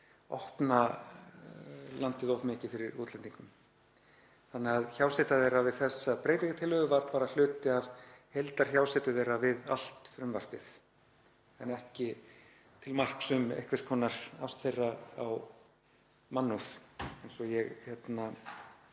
opna landið of mikið fyrir útlendingum. Þannig að hjáseta þeirra við þessa breytingartillögu var bara hluti af heildarhjásetu þeirra við allt frumvarpið en ekki til marks um einhvers konar ást þeirra á mannúð eins og ég